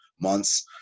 months